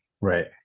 Right